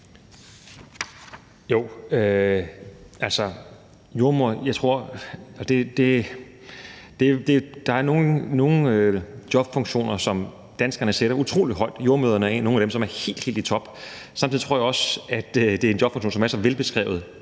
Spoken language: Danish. (Magnus Heunicke): Der er nogle jobfunktioner, som danskerne sætter utrolig højt. Jordemødrene er nogle af dem, som er helt, helt i top. Samtidig tror jeg også, at det er en jobfunktion, som er så velbeskrevet,